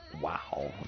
Wow